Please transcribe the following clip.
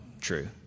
true